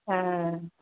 হ্যাঁ